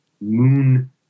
moon